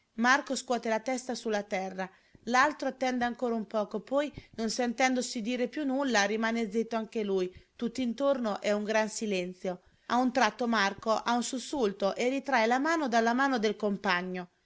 marco scuote la testa su la terra l'altro attende ancora un poco poi non sentendosi dire più nulla rimane zitto anche lui tutt'intorno è un gran silenzio a un tratto marco ha un sussulto e ritrae la mano dalla mano del compagno